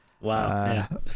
Wow